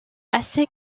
assez